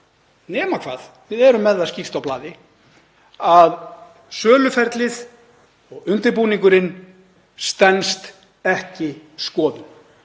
nema við erum með það skýrt á blaði að söluferlið og undirbúningurinn stenst ekki skoðun.